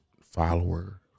follower